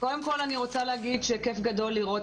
קודם כל אני רוצה להגיד שכיף גדול לראות